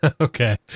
Okay